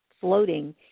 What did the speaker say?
floating